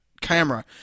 camera